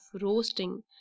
roasting